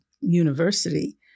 university